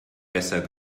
besser